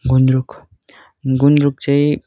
गुन्द्रुक गुन्द्रुक चाहिँ